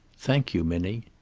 thank you, minnie.